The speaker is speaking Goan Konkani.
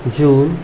जून